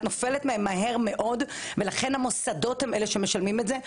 את נופלת בהן מהר מאוד לכן המוסדות הם אלו שמשלמים את זה.